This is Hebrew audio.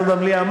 דיון במליאה,